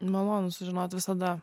malonu sužinoti visada